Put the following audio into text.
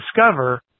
discover